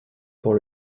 pour